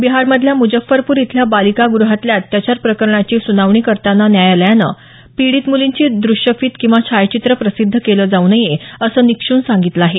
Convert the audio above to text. बिहार मधल्या म्जफ्फरपूर इथल्या बालिका गृहातल्या अत्याचार प्रकरणाची सुनावणी करताना न्यायालयानं पीडित मुलींची द्रष्यफीत किंवा छायाचित्र प्रसिद्ध केलं जावू नये असं निक्षून सांगितलं आहे